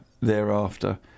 thereafter